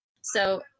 So-